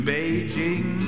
Beijing